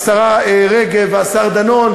השרה רגב והשר דנון,